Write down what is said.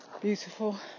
beautiful